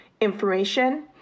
information